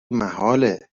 محاله